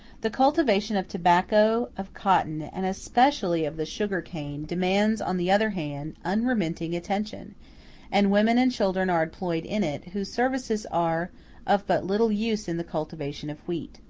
the cultivation of tobacco, of cotton, and especially of the sugar-cane, demands, on the other hand, unremitting attention and women and children are employed in it, whose services are of but little use in the cultivation of wheat.